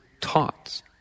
taught